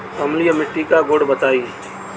अम्लीय मिट्टी का गुण बताइये